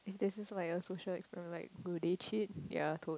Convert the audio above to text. and this is like a social experiment like do they cheat ya tote